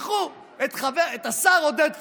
הם שלחו את השר עודד פורר,